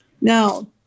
Now